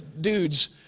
dudes